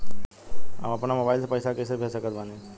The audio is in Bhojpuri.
हम अपना मोबाइल से पैसा कैसे भेज सकत बानी?